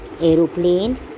aeroplane